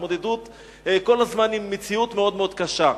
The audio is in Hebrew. התמודדות כל הזמן עם מציאות מאוד מאוד קשה.